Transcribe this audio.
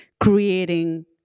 creating